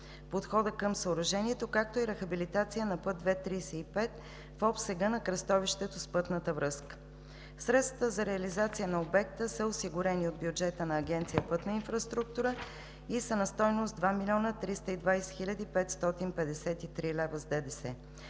подходът към съоръжението, както и рехабилитация на път II-35 в обсега на кръстовището с пътната връзка. Средствата за реализация на обекта са осигурени от бюджета на Агенция „Пътна инфраструктура“ и са на стойност 2 млн. 320 хил. 553 лв. с ДДС.